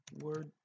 word